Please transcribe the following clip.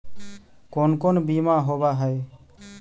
कोन कोन बिमा होवय है?